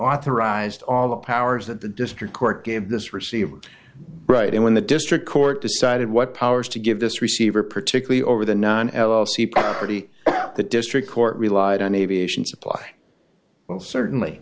authorized all the powers that the district court gave this receiver right and when the district court decided what powers to give this receiver particularly over the none else he property at the district court relied on aviation supply well certainly